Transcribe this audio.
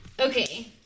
Okay